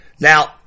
Now